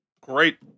Great